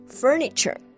furniture